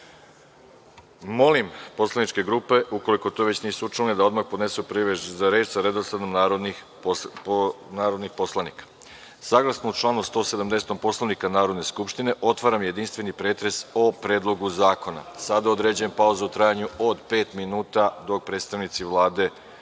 grupe. Molim poslaničke grupe, ukoliko to već nisu učinile, da odmah podnesu prijave za reč sa redosledom narodnih poslanika. Saglasno članu 170. Poslovnika Narodne skupštine, otvaram jedinstveni pretres o Predlogu zakona. Sada određujem pauzu u trajanju od pet minuta, dok predstavnici Vlade